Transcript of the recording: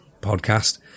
podcast